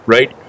Right